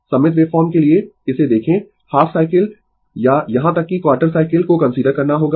सममित वेवफॉर्म के लिए इसे देखें हाफ साइकिल या यहां तक कि क्वार्टर साइकिल को कंसीडर करना होगा